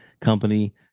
company